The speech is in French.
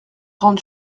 grande